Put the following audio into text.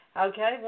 Okay